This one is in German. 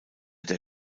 der